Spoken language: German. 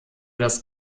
das